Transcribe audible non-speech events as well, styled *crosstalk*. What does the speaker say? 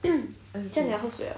*coughs* 这样你要喝水了